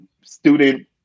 student